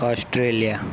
Australia